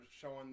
showing